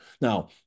Now